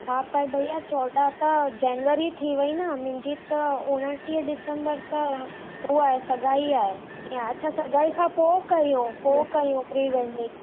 हा पर भैया चौॾहां त जनवरी थी वई थी वई न मुंहिंजी त उणिटीह दिसंबर त हू आहे सगाई आहे अछा सगाई खां पोइ कयो पोइ कयूं प्रीवेडिंग